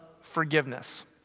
forgiveness